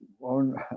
on